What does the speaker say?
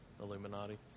Illuminati